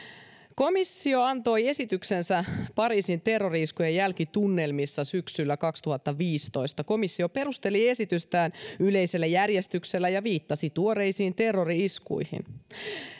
komissio antoi esityksensä pariisin terrori iskujen jälkitunnelmissa syksyllä kaksituhattaviisitoista komissio perusteli esitystään yleisellä järjestyksellä ja viittasi tuoreisiin terrori iskuihin